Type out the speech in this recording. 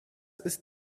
ist